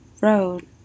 road